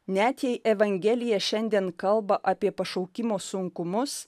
net jei evangelija šiandien kalba apie pašaukimo sunkumus